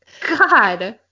God